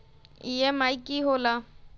EMI की होला?